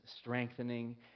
Strengthening